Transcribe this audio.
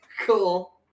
Cool